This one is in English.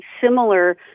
similar